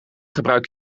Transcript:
gebruik